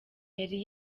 yari